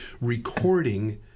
recording